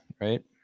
right